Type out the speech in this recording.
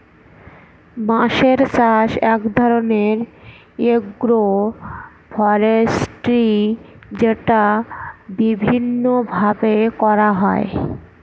বাঁশের চাষ এক ধরনের এগ্রো ফরেষ্ট্রী যেটা বিভিন্ন ভাবে করা হয়